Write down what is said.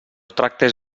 tractes